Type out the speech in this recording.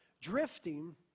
Drifting